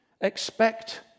expect